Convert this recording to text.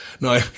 no